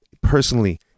personally